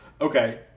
Okay